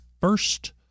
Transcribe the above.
first